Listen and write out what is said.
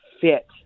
fit